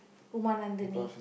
Uma Nandhini